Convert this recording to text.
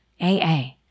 AA